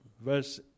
verse